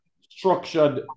structured